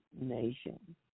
nation